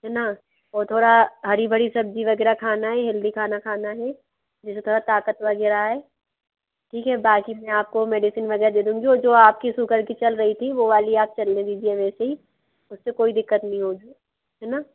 है ना और थोड़ा हरी भरी सब्ज़ी वग़ैरह खाना है हेल्दी खाना खाना है जिसे थोड़ा ताक़त वग़ैरह आए ठीक है बाक़ी में आपको मेडिसिन वग़ैरह दू दूँगी और जो आपकी सुगर की चल रही थी वो वाली आप चलने दीजिए वैसे ही उससे कोई दिक्कत नहीं होगी है ना